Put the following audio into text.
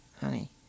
honey